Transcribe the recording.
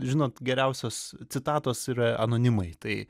žinot geriausios citatos yra anonimai tai